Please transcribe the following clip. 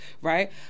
right